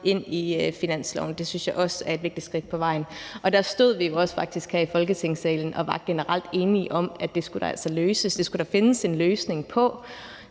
ind i finansloven. Det synes jeg også er et vigtigt skridt på vejen. Der stod vi jo faktisk også her i Folketingssalen og var generelt enige om, at det skulle der altså findes en løsning på.